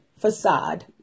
facade